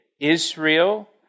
Israel